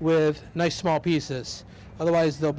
with a nice small pieces otherwise they'll